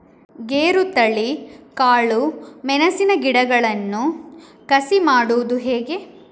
ಗೇರುತಳಿ, ಕಾಳು ಮೆಣಸಿನ ಗಿಡಗಳನ್ನು ಕಸಿ ಮಾಡುವುದು ಹೇಗೆ?